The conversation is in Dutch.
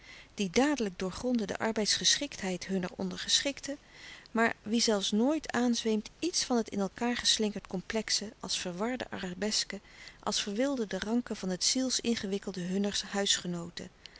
die dadelijk doorgronden de arbeidsgeschiktheid hunner ondergeschikten maar wie zelfs nooit aanzweemt iets louis couperus de stille kracht van het in elkaâr geslingerd complexe als verwarde arabesken als verwilderde ranken van het zielsingewikkelde hunner huisgenooten